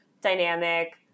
dynamic